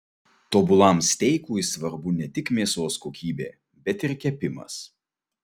tobulam steikui svarbu ne tik mėsos kokybė bet ir kepimas